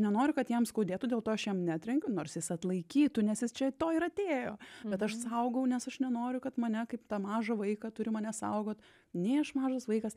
nenoriu kad jam skaudėtų dėl to aš jam netrenkiu nors jis atlaikytų nes jis čia to ir atėjo bet aš saugau nes aš nenoriu kad mane kaip tą mažą vaiką turi mane saugot nei aš mažas vaikas